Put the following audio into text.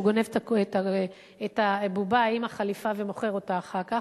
שהוא גונב את הבובה עם החליפה ומוכר אותה אחר כך,